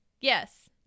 Yes